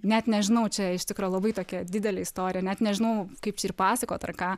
net nežinau čia iš tikro labai tokia didelė istorija net nežinau kaip čia ir pasakot ir ką